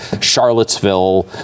Charlottesville